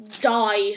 die